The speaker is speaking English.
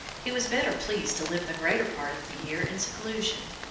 he was better pleased to live the greater part of the year in seclusion,